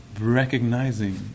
recognizing